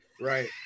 Right